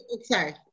Sorry